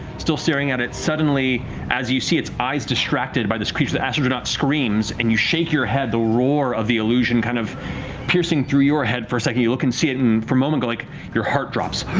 still staring at it, suddenly as you see its eyes distracted by this creature, the astral dreadnought screams, and you shake your head, the roar of the illusion kind of piercing through your head for a second. you look and see it and for a moment, like your heart drops.